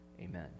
Amen